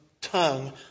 tongue